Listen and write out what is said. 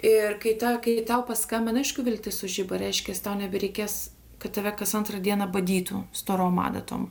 ir kai ta kai tau paskambina aišku viltis sužiba reiškias tau nebereikės kad tave kas antrą dieną badytų storom adatom